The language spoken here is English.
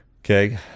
Okay